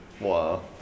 Wow